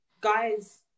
guys